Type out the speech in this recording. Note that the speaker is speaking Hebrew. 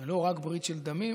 ולא רק ברית של דמים